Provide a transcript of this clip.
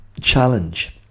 challenge